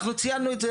אנחנו ציינו את זה,